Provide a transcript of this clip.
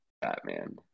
Batman